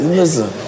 listen